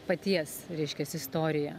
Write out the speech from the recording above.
paties reiškias istoriją